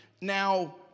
now